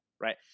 Right